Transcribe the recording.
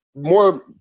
more